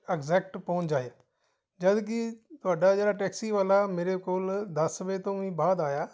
exact ਪਹੁੰਚ ਜਾਵੇ ਜਦੋਂ ਕਿ ਤੁਹਾਡਾ ਜਿਹੜਾ ਟੈਕਸੀ ਵਾਲਾ ਮੇਰੇ ਕੋਲ ਦਸ ਵਜੇ ਤੋਂ ਵੀ ਬਾਅਦ ਆਇਆ